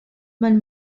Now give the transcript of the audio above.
man